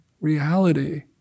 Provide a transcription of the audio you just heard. reality